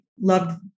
loved